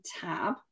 tab